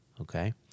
Okay